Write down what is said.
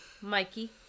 Mikey